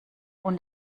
und